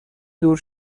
دور